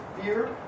Fear